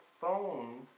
phone